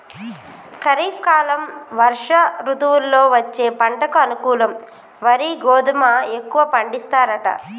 ఖరీఫ్ కాలం వర్ష ఋతువుల్లో వచ్చే పంటకు అనుకూలం వరి గోధుమ ఎక్కువ పండిస్తారట